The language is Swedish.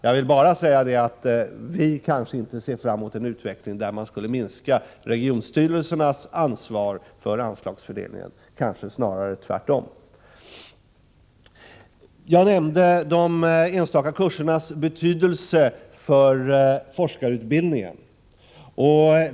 Jag vill bara säga att vi kanske inte ser fram mot en utveckling som innebär att man skulle minska regionstyrelsernas ansvar för anslagsfördelningen. Jag nämnde de enstaka kursernas betydelse för forskarutbildningen.